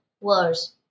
words